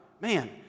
man